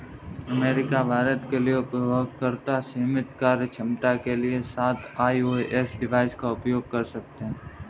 America, Bharat के उपयोगकर्ता सीमित कार्यक्षमता के साथ आई.ओ.एस डिवाइस का उपयोग कर सकते हैं